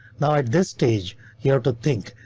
now at this stage here to think,